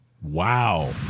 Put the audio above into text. wow